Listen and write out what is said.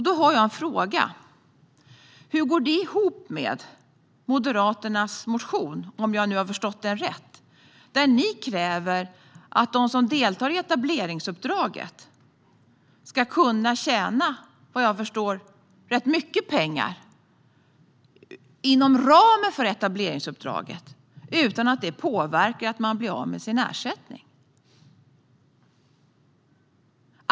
Då har jag en fråga: Hur går det ihop med Moderaternas motion där ni, om jag har förstått den rätt, kräver att de som deltar i etableringsuppdraget ska kunna tjäna rätt mycket pengar inom ramen för etableringsuppdraget utan att de blir av med sin ersättning?